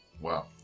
wow